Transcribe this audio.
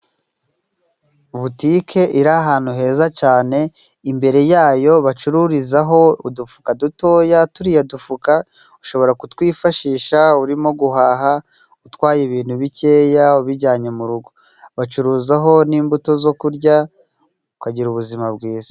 Butique iri ahantu heza cyane. Imbere yayo bacururizaho udufuka dutoya. Turiya dufuka ushobora kutwifashisha urimo guhaha, utwaye ibintu bikeya ubijyanye mu rugo. Bacuruzaho n'imbuto zo kurya ukagira ubuzima bwiza.